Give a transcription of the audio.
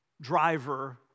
driver